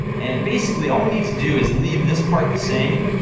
and basically, all we need to do is leave this part the same,